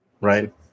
right